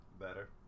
Better